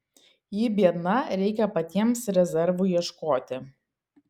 ji biedna reikia patiems rezervų ieškoti